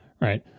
right